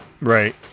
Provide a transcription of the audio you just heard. Right